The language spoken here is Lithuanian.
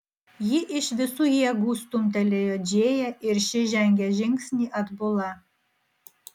ji iš visų jėgų stumtelėjo džėją ir ši žengė žingsnį atbula